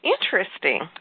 Interesting